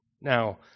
Now